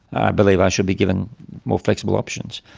i believe i should be given more flexible options.